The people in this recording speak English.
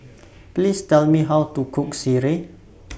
Please Tell Me How to Cook Sireh